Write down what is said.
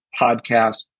podcast